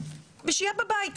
ושיהיה בבית,